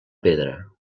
pedra